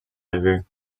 river